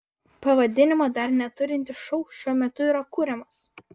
pavadinimo dar neturintis šou šiuo metu yra kuriamas